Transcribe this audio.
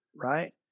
right